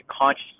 consciously